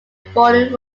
border